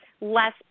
less